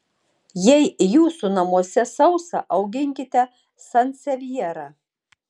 jei jūsų namuose sausa auginkite sansevjerą